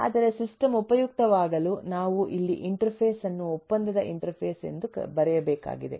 ಆದರೆ ಸಿಸ್ಟಮ್ ಉಪಯುಕ್ತವಾಗಲು ನಾವು ಇಲ್ಲಿ ಇಂಟರ್ಫೇಸ್ ಅನ್ನು ಒಪ್ಪಂದದ ಇಂಟರ್ಫೇಸ್ ಎಂದು ಬರೆಯಬೇಕಾಗಿದೆ